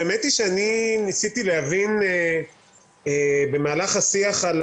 ניסיתי להבין במהלך השיח על